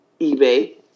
eBay